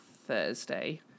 thursday